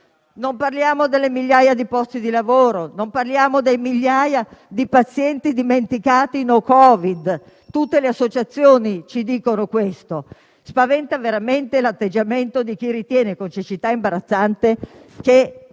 Non parliamo delle migliaia di posti di lavoro, non parliamo delle migliaia di pazienti no-Covid dimenticati. Tutte le associazioni ci dicono questo. Spaventa l'atteggiamento di chi ritiene, con cecità imbarazzante, che